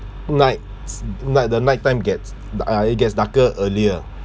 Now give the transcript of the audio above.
nights night the night time gets the uh it gets darker earlier